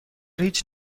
هیچ